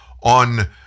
on